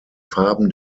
farben